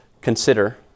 consider